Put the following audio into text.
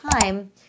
time